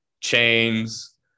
chains